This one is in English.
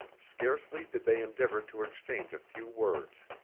scarcely did they endeavor to exchange a few words.